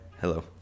Hello